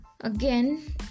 Again